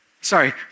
Sorry